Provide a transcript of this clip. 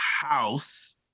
house